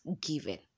given